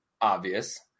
obvious